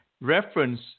reference